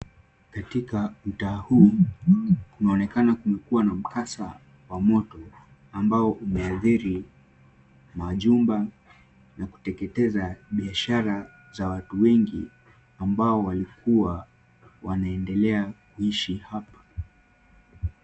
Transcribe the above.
Katika mtaa huu kunaonekana kumekuwa na mkasa wa moto ambao umeathiri majumba na kuteketeza bishara za watu wengi ambao walikuwa wanaendelea kuishi hapa.